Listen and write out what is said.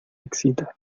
excita